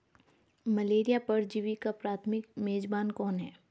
Malaria परजीवी का प्राथमिक मेजबान कौन है?